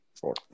Four